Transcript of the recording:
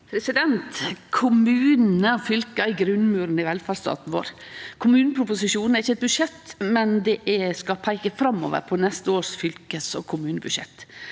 Kommunane og fylka er grunnmuren i velferdsstaten vår. Kommuneproposisjonen er ikkje eit budsjett, men han skal peike framover mot neste års fylkes- og kommunebudsjett.